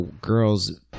girl's